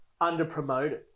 underpromoted